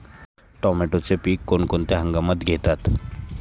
टोमॅटोचे पीक कोणत्या हंगामात घेतात?